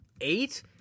eight